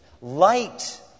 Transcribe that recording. Light